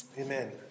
Amen